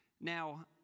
Now